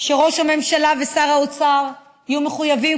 שראש הממשלה ושר האוצר יהיו מחויבים,